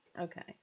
okay